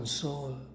soul